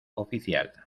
oficial